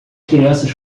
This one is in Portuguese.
crianças